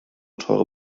teure